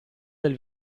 del